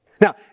Now